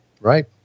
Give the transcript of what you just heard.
Right